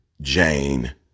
Jane